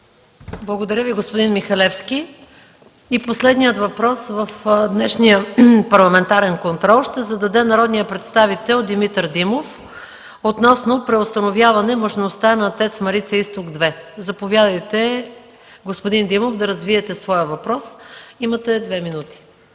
Благодаря Ви, господин Михалевски. И последният въпрос в днешния парламентарен контрол ще зададе народният представител Димитър Димов относно преустановяване мощността на ТЕЦ „Марица Изток 2”. Заповядайте, господин Димов, да развиете своя въпрос. ДИМИТЪР ДИМОВ